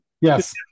Yes